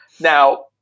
Now –